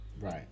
Right